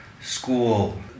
school